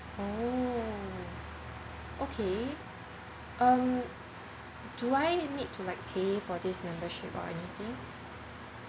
oh okay um do I need to like pay for this membership or anything